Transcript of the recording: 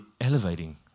elevating